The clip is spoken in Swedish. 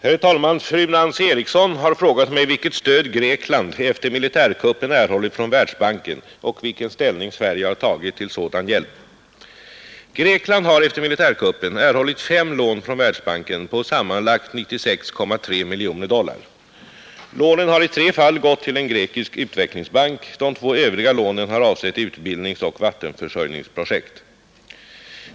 Herr talman! Fru Nancy Eriksson har frågat mig vilket stöd Grekland efter militärkuppen erhållit från Världsbanken och vilken ställning Sverige har tagit till sådan hjälp. Grekland har efter militärkuppen erhållit fem lån från Världsbanken på sammanlagt 96,3 miljoner dollar. Lånen har i tre fall gått till en grekisk utvecklingsbank. De två övriga lånen har avsett utbildningsoch vattenförsörjningsprojekt.